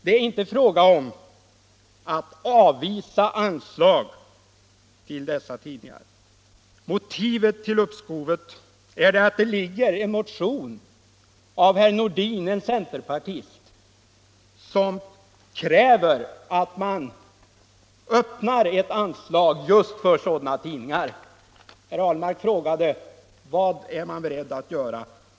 Det är inte fråga om att avvisa anslag till dessa tidningar. Motivet till uppskovet är att det föreligger en motion av herr Nordin — en centerpartist — som kräver att man öppnar möjlighet till anslag just för sådana tidningar. Herr Ahlmark frågade: Vad är man beredd att göra?